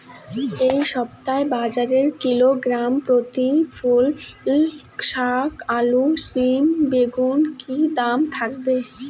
এই সপ্তাহে বাজারে কিলোগ্রাম প্রতি মূলা শসা আলু সিম বেগুনের কী দাম থাকবে?